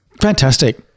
fantastic